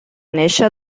néixer